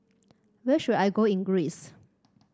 where should I go in Greece